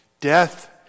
Death